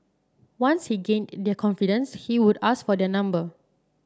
once he gained their confidence he would ask for their number